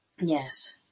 Yes